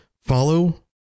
follow